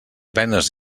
penes